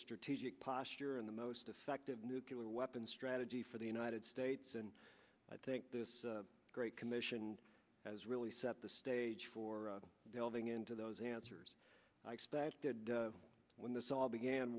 strategic posture in the most effective nuclear weapons strategy for the united states and i think the great commission has really set the stage for delving into those answers i expected when this all began